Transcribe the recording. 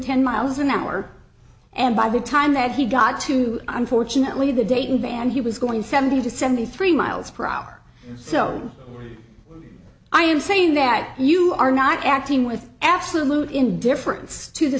ten miles an hour and by the time that he got to unfortunately the dayton band he was going seventy to seventy three miles per hour so i am saying that you are not acting with absolute indifference to the